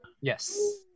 Yes